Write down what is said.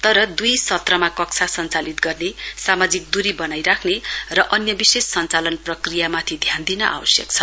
तर दुई सत्रमा कक्षा सञ्चालित गर्ने सामाजिक दुरी बनाई राख्ने र अन्य विशेष सञ्चालन प्रक्रियामाथि ध्यान दिन आवश्यक छ